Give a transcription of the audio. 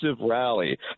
rally